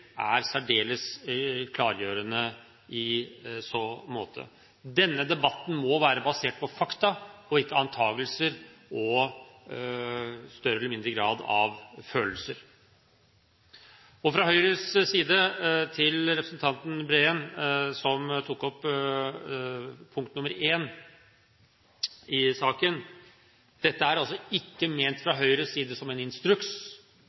særdeles klargjørende i så måte. Denne debatten må være basert på fakta – ikke på antakelser og følelser i større eller mindre grad. Til representanten Breen, som tok opp I i forslaget: Dette er fra Høyres side ikke ment som en instruks.